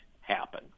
happen